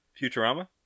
Futurama